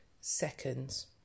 seconds